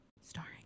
Starring